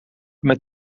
met